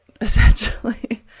essentially